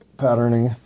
patterning